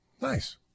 Nice